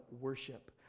worship